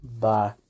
Bye